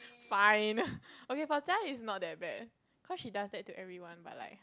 fine okay for that is not that bad cause she does that to everyone but like